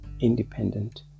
independent